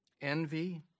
Envy